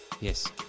Yes